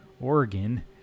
Oregon